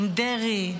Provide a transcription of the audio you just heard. עם דרעי,